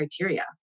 criteria